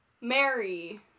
Mary